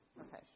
Okay